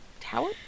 tower